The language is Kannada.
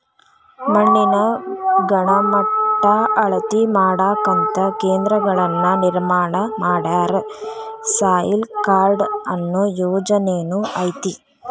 ಮಣ್ಣಿನ ಗಣಮಟ್ಟಾ ಅಳತಿ ಮಾಡಾಕಂತ ಕೇಂದ್ರಗಳನ್ನ ನಿರ್ಮಾಣ ಮಾಡ್ಯಾರ, ಸಾಯಿಲ್ ಕಾರ್ಡ ಅನ್ನು ಯೊಜನೆನು ಐತಿ